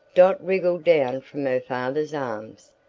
dot wriggled down from her father's arms,